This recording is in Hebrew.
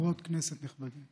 חברות כנסת נכבדות ונכבדים,